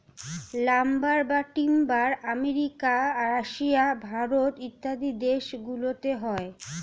lumber বা timber America, Russia, Bharat ইত্যাদি দেশ গুলোতে হয়